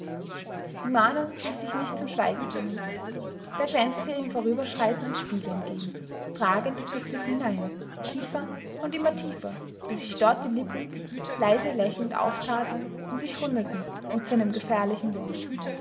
die mahnung ließ sich nicht zum schweigen bringen da glänzte ihr im vorüberschreiten ein spiegel entgegen fragend blickte sie hinein tiefer und immer tiefer bis sich dort die lippen leise lächelnd auftaten und sich rundeten wie zu einem gefährlichen wort